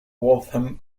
waltham